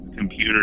computer